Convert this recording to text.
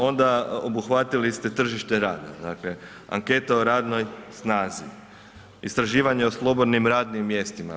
Ona obuhvatili ste tržište rada, dakle anketa o radnoj snazi, istraživanje o slobodnim radnim mjestima.